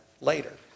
later